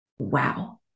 wow